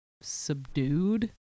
subdued